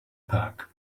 park